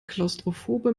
klaustrophobe